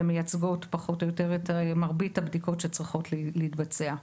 והן מייצגות פחות או יותר את מרבית הבדיקות שצריכות להתבצע.